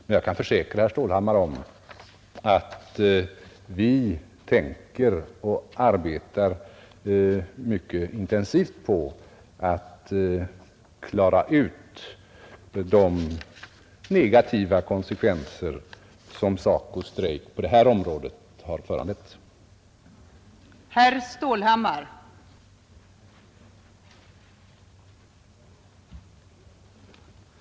Men jag kan försäkra herr Stålhammar att vi arbetar mycket intensivt på att klara ut de negativa konsekvenser som SACO:s strejk på detta område har föranlett. nadskonfliktens inverkan på den kliniska undervisningen vid de medicinska fakulteterna